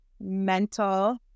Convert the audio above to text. mental